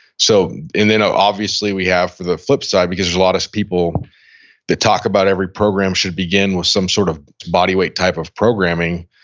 so and then obviously, we have for the flip side, because there's a lot of people that talk about every program should begin with some sort of bodyweight type of programming.